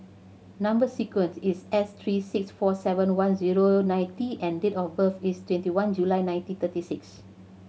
number sequence is S three six four seven one zero nine T and date of birth is twenty one July nineteen thirty six